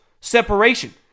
separation